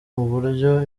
uburyo